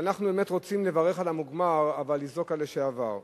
אנחנו באמת רוצים לברך על המוגמר אבל לזעוק על לשעבר,